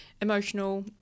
emotional